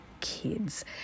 kids